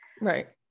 Right